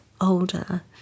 older